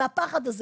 והפחד הזה,